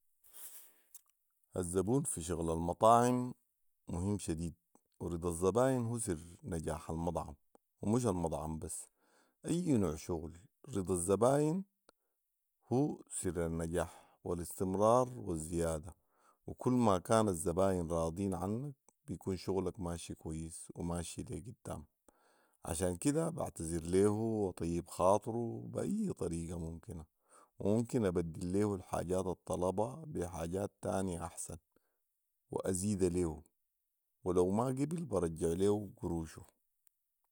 الزبون في شغل المطاعم مهم شديد ،ورضا الزباين هو سر نجاح المطعم ومش المطعم بس اي نوع شغل رضا الزباين وهو سر النجاح والاستمرار والزياده وكل ما كان الزباين راضيين عنك بيكون شغلك ماشي كويس وماشي لي قدام عشان كده بعتزر ليه واطيب خاطره باي طريقه ممكنه وممكن ابدل ليه الحاجه الطلبها بي حاجه تانيه احسن وازيدها ليه ولو ما قبل برجع ليو قروشو